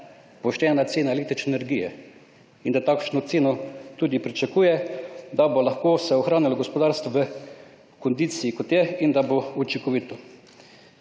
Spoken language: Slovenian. poštena cena električne energije in da takšno ceno tudi pričakuje, da se bo lahko ohranilo gospodarstvo v kondiciji kot je in da bo učinkovito.